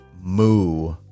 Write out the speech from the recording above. Moo